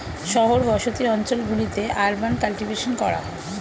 শহর বসতি অঞ্চল গুলিতে আরবান কাল্টিভেশন করা হয়